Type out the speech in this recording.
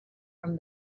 from